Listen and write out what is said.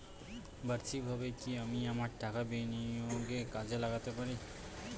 বার্ষিকভাবে কি আমি আমার টাকা বিনিয়োগে কাজে লাগাতে পারি?